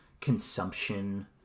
consumption